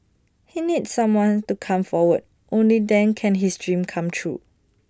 he needs someone to come forward only then can his dream come true